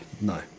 no